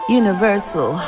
universal